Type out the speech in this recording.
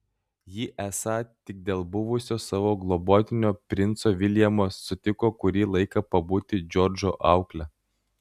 ji esą tik dėl buvusio savo globotinio princo viljamo sutiko kurį laiką pabūti džordžo aukle